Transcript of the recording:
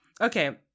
Okay